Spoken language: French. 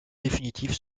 définitif